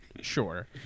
Sure